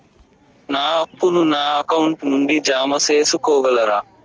నా అప్పును నా అకౌంట్ నుండి జామ సేసుకోగలరా?